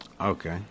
Okay